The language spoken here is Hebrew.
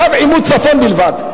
קו עימות צפון בלבד.